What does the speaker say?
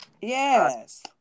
Yes